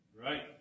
Right